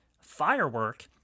Firework